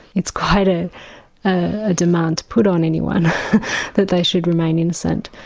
it's quite ah a demand to put on anyone that they should remain innocent.